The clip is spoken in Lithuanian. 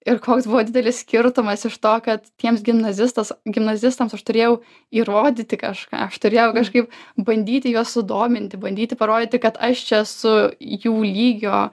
ir koks buvo didelis skirtumas iš to kad tiems gimnazistas gimnazistams aš turėjau įrodyti kažką aš turėjau kažkaip bandyti juos sudominti bandyti parodyti kad aš čia esu jų lygio